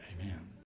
amen